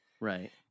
right